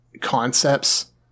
concepts